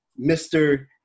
Mr